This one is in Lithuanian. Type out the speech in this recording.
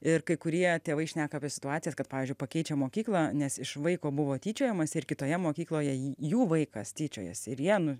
ir kai kurie tėvai šneka apie situacijas kad pavyzdžiui pakeičia mokyklą nes iš vaiko buvo tyčiojamasi ir kitoje mokykloje jų vaikas tyčiojasi ir jie nu